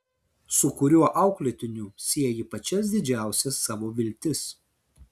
su kuriuo auklėtiniu sieji pačias didžiausias savo viltis